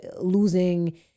losing